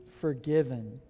forgiven